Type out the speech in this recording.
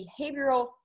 behavioral